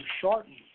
shorten